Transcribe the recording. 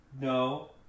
No